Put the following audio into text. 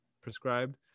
prescribed